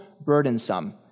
burdensome